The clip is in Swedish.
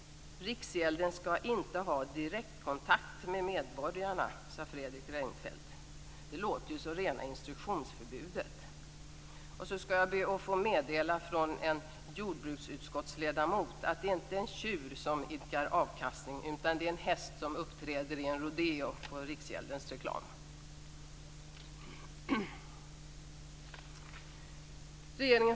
Riksgälden skall inte ha direktkontakt med medborgarna, sade Fredrik Reinfeldt. Det låter som rena instruktionsförbudet. Jag skall be att från en jordbruksutskottsledamot få meddela att det inte är en tjur som idkar avkastning i riksgäldens reklam.